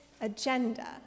Agenda